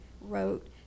wrote